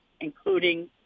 including